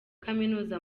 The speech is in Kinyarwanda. kaminuza